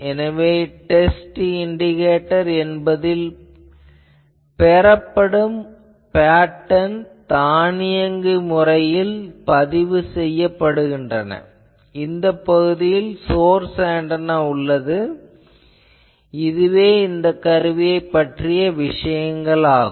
எனவே test indicator என்பதில் பெறப்படும் பேட்டர்ன் தானியங்கு முறையில் பதிவு செய்யப்படுகின்றன இந்த பகுதியில் சோர்ஸ் ஆன்டெனா உள்ளது இதுவே இந்தக் கருவியை பற்றிய விஷயங்களாகும்